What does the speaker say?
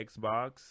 Xbox